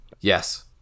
yes